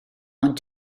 ond